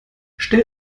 stell